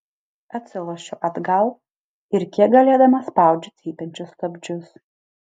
atsilošiu atgal ir kiek galėdama spaudžiu cypiančius stabdžius